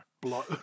Blow